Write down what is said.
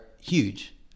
huge